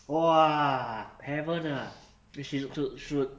!wah! heaven ah but pr~ should should